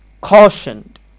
cautioned